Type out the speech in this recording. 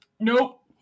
nope